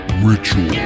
ritual